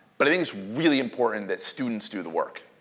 but i think it's really important that students do the work.